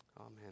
Amen